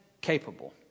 capable